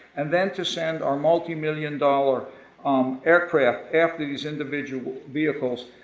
and then to send our multimillion dollar um aircraft after these individual vehicles,